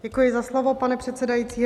Děkuji za slovo, pane předsedající.